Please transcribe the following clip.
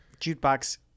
jukebox